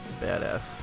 Badass